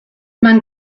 man